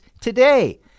today